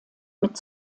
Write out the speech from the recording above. mit